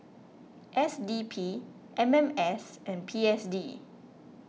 S D P M M S and P S D